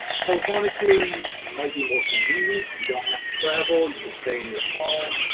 telephonic hearings might be more convenient. you don't have to travel. you can stay in your home.